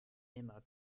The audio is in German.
immer